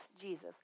Jesus